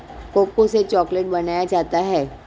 cocoa से chocolate बनाया जाता है